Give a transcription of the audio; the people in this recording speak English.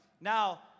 Now